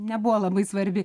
nebuvo labai svarbi